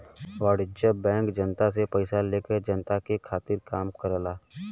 वाणिज्यिक बैंक जनता से पइसा लेके जनता के खातिर ही काम करला